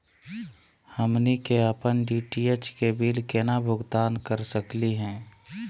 हमनी के अपन डी.टी.एच के बिल केना भुगतान कर सकली हे?